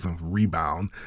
rebound